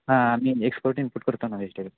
हां आम्ही export import करतो ना वेजिटेबल